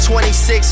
26